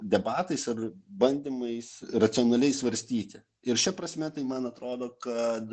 debatais ar bandymais racionaliai svarstyti ir šia prasme tai man atrodo kad